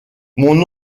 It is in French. mon